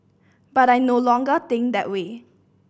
but I no longer think that way